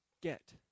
get